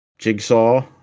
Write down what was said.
jigsaw